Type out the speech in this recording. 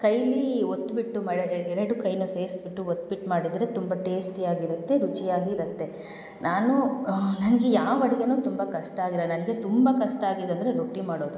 ಕೈಲಿ ಒತ್ತಿಬಿಟ್ಟು ಎರಡೂ ಕೈನೂ ಸೇರಿಸ್ಬಿಟ್ಟು ಒತ್ಬಿಟ್ಟು ಮಾಡಿದರೆ ತುಂಬ ಟೇಸ್ಟಿಯಾಗಿರುತ್ತೆ ರುಚಿಯಾಗಿ ಇರುತ್ತೆ ನಾನು ನನಗೆ ಯಾವ ಅಡ್ಗೆಯೂ ತುಂಬ ಕಷ್ಟ ಆಗಿಲ್ಲ ನನಗೆ ತುಂಬ ಕಷ್ಟ ಆಗಿದ್ದು ಅಂದರೆ ರೊಟ್ಟಿ ಮಾಡೋದು